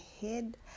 head